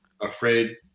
afraid